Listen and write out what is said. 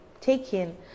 taken